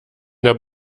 der